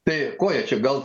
tai ko jie čia gal